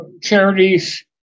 charities